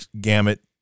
gamut